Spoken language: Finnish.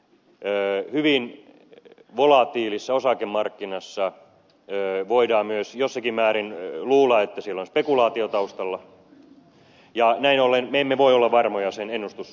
hyvin volatiilissä osakemarkkinassa voidaan myös jossakin määrin luulla että siellä on spekulaatio taustalla ja näin ollen me emme voi olla varmoja sen ennustusarvosta